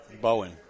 Bowen